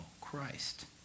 Christ